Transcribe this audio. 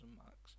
max